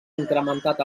incrementat